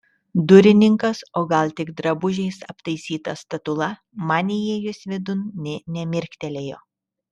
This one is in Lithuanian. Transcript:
durininkas o gal tik drabužiais aptaisyta statula man įėjus vidun nė nemirktelėjo